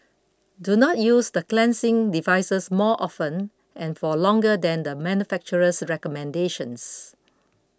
do not use the cleansing devices more often and for longer than the manufacturer's recommendations